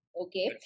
okay